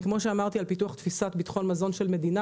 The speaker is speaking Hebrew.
כמו שאמרתי על לגבי פיתוח תפיסת מזון של מדינה,